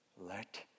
let